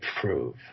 prove